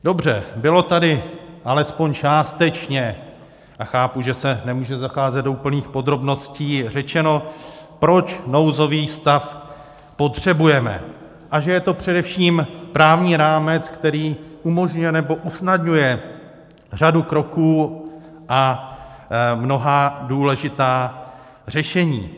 Dobře, bylo tady alespoň částečně, a chápu, že se nemůže zacházet do úplných podrobností, řečeno, proč nouzový stav potřebujeme a že je to především právní rámec, který umožňuje nebo usnadňuje řadu kroků a mnohá důležitá řešení.